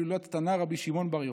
יום הילולת התנא רבי שמעון בר יוחאי.